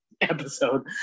episode